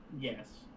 Yes